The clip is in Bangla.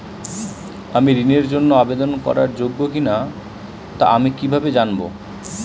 আমি ঋণের জন্য আবেদন করার যোগ্য কিনা তা আমি কীভাবে জানব?